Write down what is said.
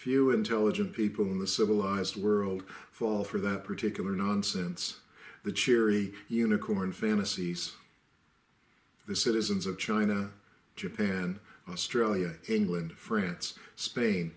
few intelligent people in the civilized world fall for that particular nonsense the cherry unicorn fantasies the citizens of china japan australia england france spain